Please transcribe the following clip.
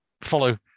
follow